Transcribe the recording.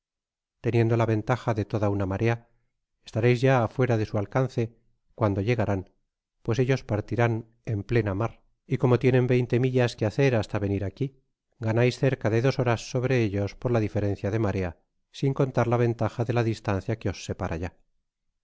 teniendo ft ventaja de toda una marea estaréis ya fuera de su alcance cuando llegarán pues ellos partirán en plebá tiotar y como tienen vointe millar que hacer para venir aquí ganais cerca de dos horas sónfe ellos por fa diferencia de marea sin contar la ventaja de distancia quft os separa ya